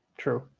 true.